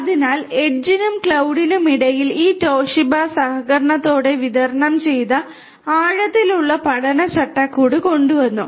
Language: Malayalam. അതിനാൽ എഡ്ജ് നും ക്ലൌഡിനും ഇടയിൽ ഈ തോഷിബ സഹകരണത്തോടെ വിതരണം ചെയ്ത ആഴത്തിലുള്ള പഠന ചട്ടക്കൂട് കൊണ്ടുവന്നു